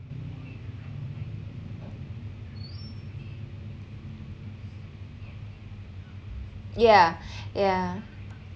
yeah yeah